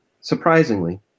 surprisingly